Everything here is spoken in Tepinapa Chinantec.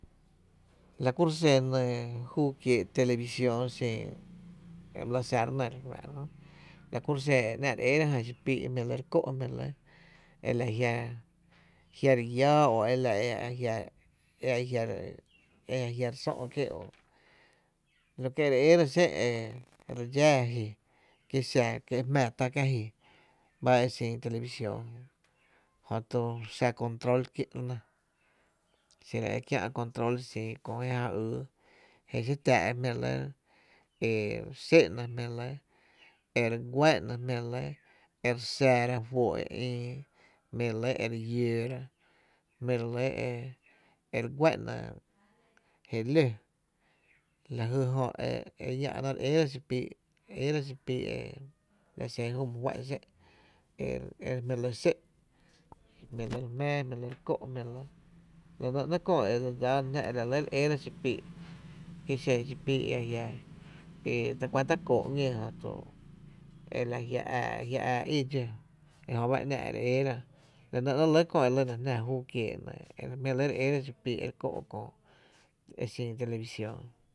La kuro’ xen nɇɇ júú kiee’ televisión xin e my la xa re nɇ, la ku xen e ‘ná’ re ééra jan xipíí’ e jmí’ re kó’ jmí re lɇ, e la jia’ re lláá o la jia’ e a jia’ re sö’ kie’ e kie re ééra xen e re dxáá ji kie xa ki e jmⱥⱥ tá kiä’ ji ba e xin televisión jö jötu xa control kie’ ba ejö xiro e kiä’ control sí kö je ja yy je xi táá’ e jmi’ re lɇ e re xé’nna e jmí’ re lɇ e re gu’ana jmí’ re lɇ e re xáára fóó’ e jmí’ re lɇ e re llóóra e jmí’ re lɇ e re guá’na je ló la jy e Jö re llⱥ’na re ééra xipii’, e re ééra xipii’ e júu my juá’n xé’n e jmí’ relɇ e re xé’n jmí re lɇ re jmⱥⱥ, jmí re lɇ re kó’ e nɇ ‘nɇɇ’ köö dse dsaa na jná e re ééra xipii’ ki xen xipii’ e ta kuanta kóo’ ‘ñee jötu e la jia’ ää í dxó e jöba e ‘ná’ e re ééra e nɇ ‘nɇɇ’ lɇ köö e lyna jná e kiee’ e jmí re ééra xipii’ e re kó’ köö e xin televisión.